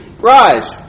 Rise